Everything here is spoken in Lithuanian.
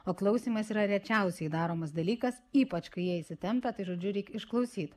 o klausymas yra rečiausiai daromas dalykas ypač kai jie įsitempę tai žodžiu reiki išklausyt